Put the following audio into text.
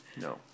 No